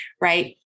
right